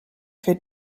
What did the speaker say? für